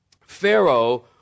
Pharaoh